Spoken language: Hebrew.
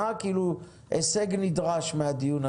מה הישג נדרש מהדיון הזה?